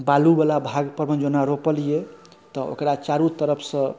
बालुवला भागपरमे जेना रोपलियै तऽ ओकरा चारू तरफसँ